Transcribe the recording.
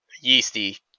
yeasty